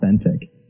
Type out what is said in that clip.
authentic